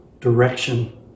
direction